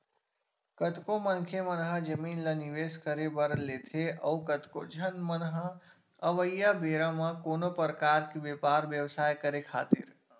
कतको मनखे मन ह जमीन ल निवेस करे बर लेथे अउ कतको झन मन ह अवइया बेरा म कोनो परकार के बेपार बेवसाय करे खातिर